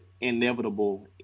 inevitable